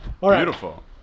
Beautiful